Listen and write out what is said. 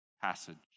passage